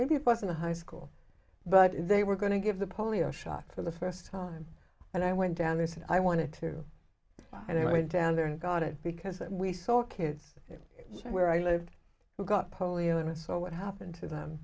maybe it wasn't a high school but they were going to give the polio shot for the first time and i went down there and i wanted to and i went down there and got it because we saw kids where i lived who got polio and i saw what happened to them